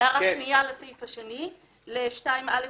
הערה שנייה לסעיף השני, ל-2א.